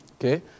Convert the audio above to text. Okay